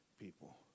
people